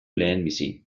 lehenbizi